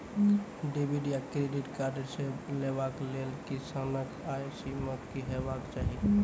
Debit या credit card लेवाक लेल किसानक आय सीमा की हेवाक चाही?